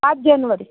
सात जनवरी